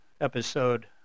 episode